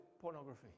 pornography